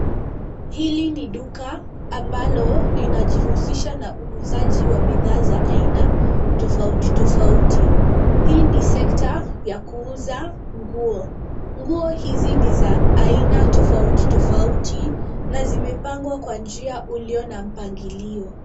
Hili ni duka ambalo linajihusisha na uuzaji wa bidhaa za aina tofauti tofauti. Hii ni sekta ya kuuza nguo. Nguo hizi ni za aina tofauti tofauti, na zimepangwa kwa njia iliyo na mpangilio.